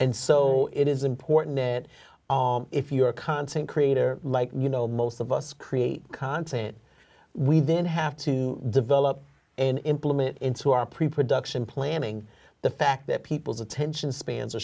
and so it is important that if you are content creator like you know most of us create content we then have to develop and implement into our pre production planning the fact that people's attention spans a